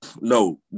No